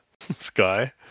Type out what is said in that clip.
sky